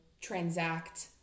transact